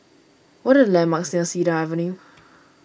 what are the landmarks Cedar Avenue